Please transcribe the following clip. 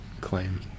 claim